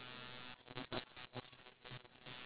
so what is the first thing that you google